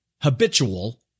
habitual